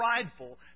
prideful